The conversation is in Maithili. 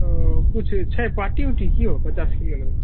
ओ किछु छै पार्टी उटी कि हौ पचास किलो लेबहो